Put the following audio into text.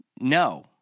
No